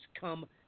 come